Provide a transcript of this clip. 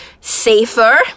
safer